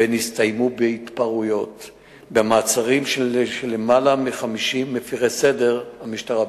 והסתיימו בהתפרעות ובמעצרים של יותר מ-50 מפירי סדר שהמשטרה ביצעה.